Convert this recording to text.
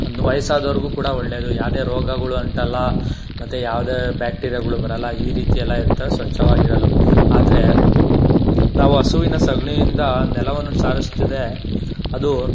ವಯಸ್ಸಾದವ್ರಿಗು ಕೂಡ ಒಳ್ಳೆಯದು ಯಾವುದೇ ರೋಗಗಳು ಅಂಟಲ್ಲ ಮತ್ತೆ ಯಾವುದೇ ಬ್ಯಾಕ್ಟೀರಿಯಾಗಳು ಬರಲ್ಲ ಈ ರೀತಿಯಲ್ಲಿ ಇರ್ತಾವೆ ಸ್ವಚ್ಛವಾಗಿರಲು ಆದರೆ ನಾವು ಹಸುವಿನ ಸಗಣಿಯಿಂದ ನೆಲವನ್ನು ಸಾರಿಸ್ತಿದ್ರೆ ಅದು